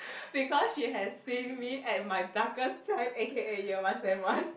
because she has saved me at my darkest time A_K_A year one sem one